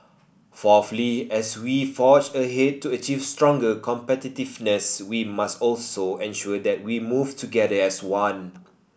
fourthly as we forge ahead to achieve stronger competitiveness we must also ensure that we move together as one